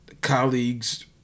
colleagues